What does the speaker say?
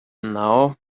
now